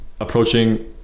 Approaching